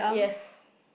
yes